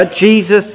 Jesus